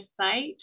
site